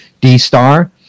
D-Star